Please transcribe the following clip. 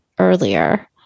earlier